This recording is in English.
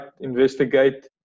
investigate